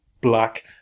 black